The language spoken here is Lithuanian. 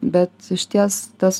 bet išties tas